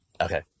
Okay